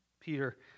Peter